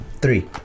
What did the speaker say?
Three